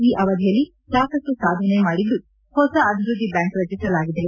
ಈ ಅವಧಿಯಲ್ಲಿ ಸಾಕಷ್ಟು ಸಾಧನೆ ಮಾಡಿದ್ದು ನ್ಯೂ ಅಭಿವೃದ್ದಿ ಬ್ಯಾಂಕ್ ರಚಿಸಲಾಗಿದೆ